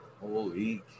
Holy